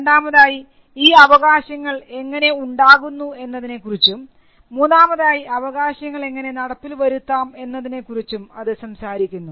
രണ്ടാമതായി ഈ അവകാശങ്ങൾ എങ്ങനെ ഉണ്ടാകുന്നു എന്നതിനെക്കുറിച്ചും മൂന്നാമതായി അവകാശങ്ങൾ എങ്ങനെ നടപ്പിൽ വരുത്താം എന്നതിനെകുറിച്ചും അത് സംസാരിക്കുന്നു